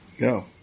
go